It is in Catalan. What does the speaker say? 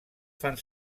fan